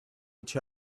each